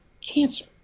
cancer